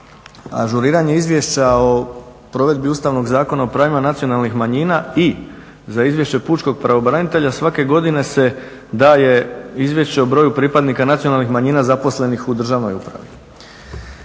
ažuriranje izvješća o provedbi Ustavnog zakona o pravima nacionalnih manjina i za izvješće pučkog pravobranitelja, svake godine se daje izvješće o broju pripadnika nacionalnih manjina zaposlenih u državnoj upravi.